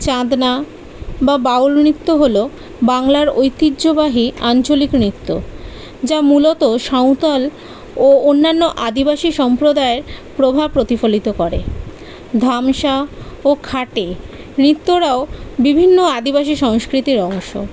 চাঁদনা বা বাউল নৃত্য হল বাংলার ঐতিহ্যবাহী আঞ্চলিক নৃত্য যা মূলত সাঁওতাল ও অন্যান্য আদিবাসী সম্প্রদায়ের প্রভাব প্রতিফলিত করে ধামসা ও খাটে নৃত্যরাও বিভিন্ন আদিবাসী সংস্কৃতির অংশ